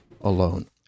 alone